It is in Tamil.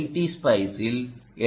டி ஸ்பைஸில் எல்